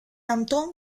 anton